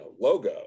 logo